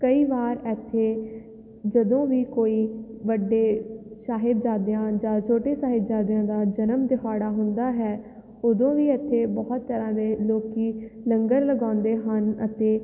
ਕਈ ਵਾਰ ਇੱਥੇ ਜਦੋਂ ਵੀ ਕੋਈ ਵੱਡੇ ਸਾਹਿਬਜ਼ਾਦਿਆਂ ਜਾਂ ਛੋਟੇ ਸਾਹਿਬਜ਼ਾਦਿਆਂ ਦਾ ਜਨਮ ਦਿਹਾੜਾ ਹੁੰਦਾ ਹੈ ਉਦੋਂ ਵੀ ਇੱਥੇ ਬਹੁਤ ਤਰ੍ਹਾਂ ਦੇ ਲੋਕ ਲੰਗਰ ਲਗਾਉਂਦੇ ਹਨ ਅਤੇ